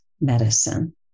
Medicine